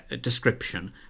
description